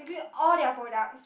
so practically all their products